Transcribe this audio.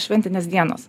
šventinės dienos